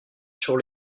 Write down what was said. sur